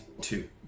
two